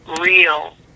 real